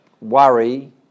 worry